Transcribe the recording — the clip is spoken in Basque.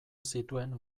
zituen